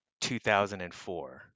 2004